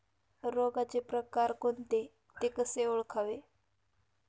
रोगाचे प्रकार कोणते? ते कसे ओळखावे?